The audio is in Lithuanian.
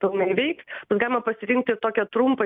pilnai veiks galima pasirinkti tokią trumpą